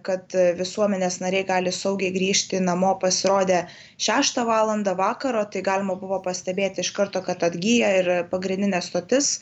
kad visuomenės nariai gali saugiai grįžti namo pasirodė šeštą valandą vakaro tai galima buvo pastebėti iš karto kad atgyja ir pagrindinė stotis